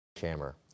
hammer